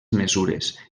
mesures